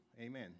amen